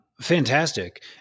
Fantastic